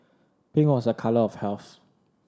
pink was a colour of health